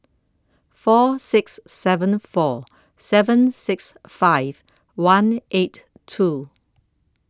four six seven four seven six five one eight two